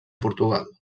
portugal